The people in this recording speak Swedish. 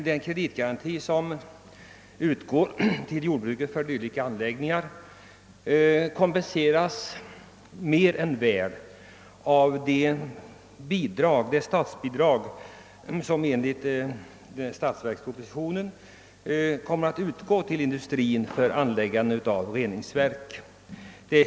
Den kreditgaranti som utgår till jordbruket för dylika anläggningar kompenseras av det statsbidrag som enligt förslaget i statsverkspropositionen skall utgå till industrin för anläggande av reningsverk.